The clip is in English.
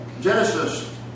Genesis